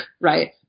right